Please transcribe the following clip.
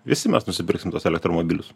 visi mes nusipirksim tuos elektromobilius